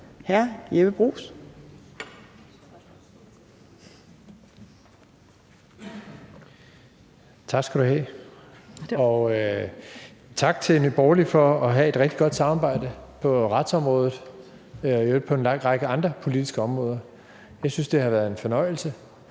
17:17 Jeppe Bruus (S): Tak skal du have, og tak til Nye Borgerlige for et rigtig godt samarbejde på retsområdet og i øvrigt også på en lang række andre politiske områder. Jeg synes, det har været en fornøjelse.